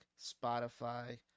Spotify